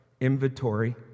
inventory